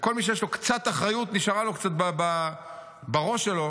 כל מי שיש לו קצת אחריות, נשארה לו קצת בראש שלו,